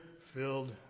filled